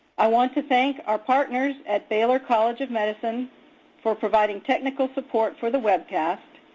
i want to thank our partners at baylor college of medicine for providing technical support for the webcast,